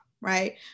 right